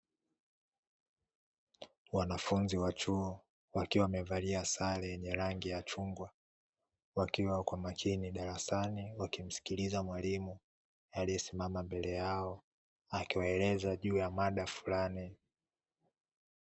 Wanafunzi wa chuo wakiwa wamevalia sare yenye rangi ya chungwa, wakiwa kwa makini darasani wakimsikiliza mwalimu aliyesimama mbele yao akiwaeleza juu ya mada fulani.